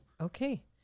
Okay